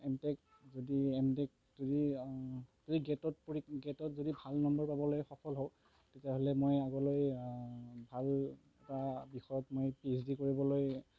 M Tech যদি M Tech যদি যদি গে'টত গে'টত যদি ভাল নম্বৰ পাবলৈ সফল হওঁ তেতিয়াহ'লে মই আগলৈ ভাল এটা বিষয়ত মই পি এইচ ডি কৰিবলৈ